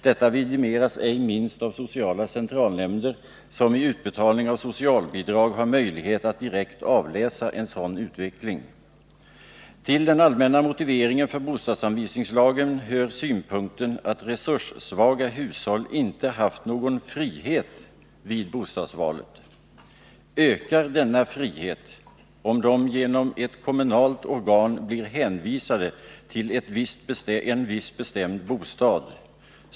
Detta vidimeras ej minst av sociala centralnämnder, som i utbetalningen av socialbidrag har möjlighet att direkt avläsa en sådan utveckling. Till den allmänna motiveringen för bostadsanvisningslagen hör synpunkten att resurssvaga hushåll inte har haft någon frihet vid bostadsvalet. Ökar denna frihet om de genom ett kommunalt organ blir hänvisade till en viss bestämd bostad?